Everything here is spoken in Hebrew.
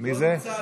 אדוני.